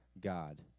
God